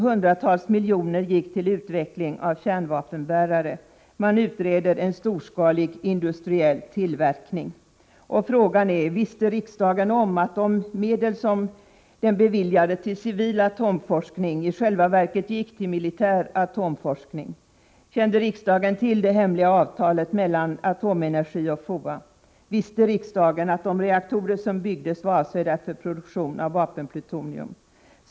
Hundratals miljoner gick till utveckling av kärnvapenbärare. Man utreder en storskalig industriell tillverkning. Visste riksdagen om att de medel som den beviljade till civil atomforskning i själva verket gick till militär atomforskning? Kände riksdagen till det hemliga avtalet mellan Atomenergi och FOA? Visste riksdagen att de reaktorer som byggdes var avsedda för produktion av vapenplutonium?